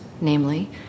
namely